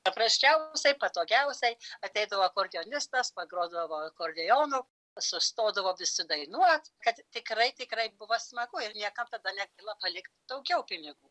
paprasčiausiai patogiausiai ateidavo akordeonistas pagrodavo akordeonu sustodavo visi dainuoti kad tikrai tikrai buvo smagu ir niekam tada nekyla palikt daugiau pinigų